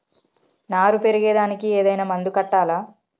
నారు పెరిగే దానికి ఏదైనా మందు కొట్టాలా?